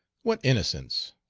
what innocence!